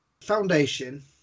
foundation